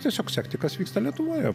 tiesiog sekti kas vyksta lietuvoje